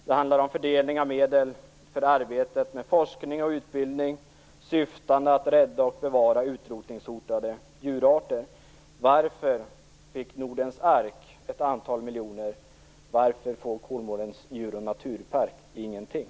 Det handlar om fördelning av medel för arbetet med forskning och utbildning, syftande till att rädda och bevara utrotningshotade djurarter. Varför fick Nordens Ark ett antal miljoner, och varför får Kolmårdens djurpark ingenting?